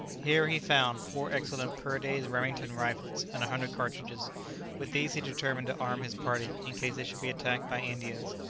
here he found four excellent purday's remington rifles and a hundred cartridges with these he determined to arm his party, in case they should be attacked by indians.